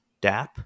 DAP